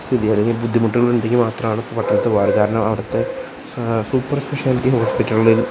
സ്ഥിതി അല്ലെങ്കിൽ ബുദ്ധിമുട്ടുകൾ ഉണ്ടെങ്കിൽ മാത്രമാണ് പട്ടണത്തിൽ പോകാറ് കാരണം അവിടത്തെ സൂപ്പർ സ്പെഷ്യലിറ്റി ഹോസ്പിറ്റലുകളിൽ